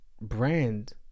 brand